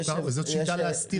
יש מה שנקרא להסתיר מידע.